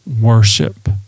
worship